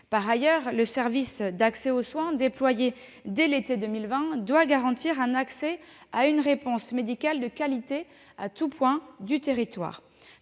Par ailleurs, le service d'accès aux soins déployé dès l'été 2020 doit garantir une réponse médicale de qualité en tous points du territoire.